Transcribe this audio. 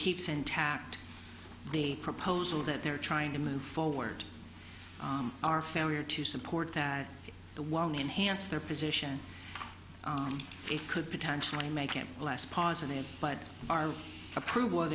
keeps intact the proposal that they're trying to move forward our failure to support that the one enhance their position it could potentially make it less positive but our approval o